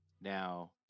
Now